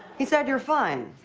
he said you're fine.